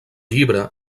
llibre